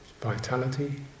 Vitality